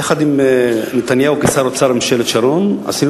יחד עם נתניהו כשר האוצר בממשלת שרון עשינו